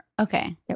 Okay